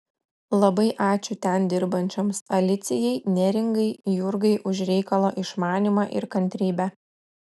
labai ačiū ten dirbančioms alicijai neringai jurgai už reikalo išmanymą ir kantrybę